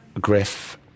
Griff